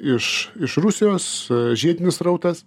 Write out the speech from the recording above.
iš iš rusijos žiedinis srautas